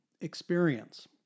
experience